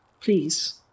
please